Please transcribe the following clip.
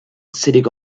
sitting